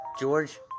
George